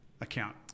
account